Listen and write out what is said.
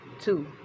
two